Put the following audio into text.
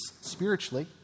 spiritually